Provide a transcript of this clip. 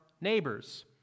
neighbors